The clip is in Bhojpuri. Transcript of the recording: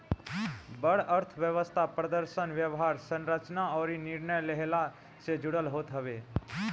बड़ अर्थव्यवस्था प्रदर्शन, व्यवहार, संरचना अउरी निर्णय लेहला से जुड़ल होत हवे